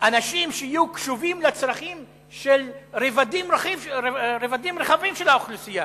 אנשים שיהיו קשובים לצרכים של רבדים רחבים של האוכלוסייה,